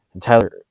Tyler